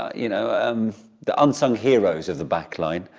you know, and the unsung heroes of the back-line.